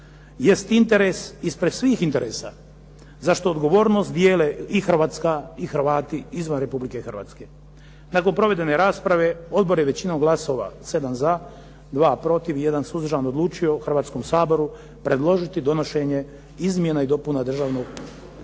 jest interes ispred svih interesa za što odgovornost dijele i Hrvatska i Hrvati izvan Republike Hrvatske. Nakon provedene rasprave odbor je većinom glasova 7 za, 2 protiv, 1 suzdržan odlučio Hrvatskom saboru predložiti donošenje Izmjena i dopuna Državnog proračuna